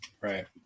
Right